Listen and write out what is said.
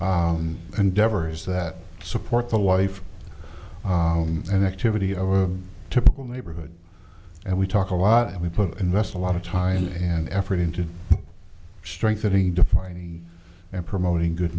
and endeavor is that supports a wife and activity of a typical neighborhood and we talk a lot and we put invest a lot of time and effort into strengthening defined and promoting good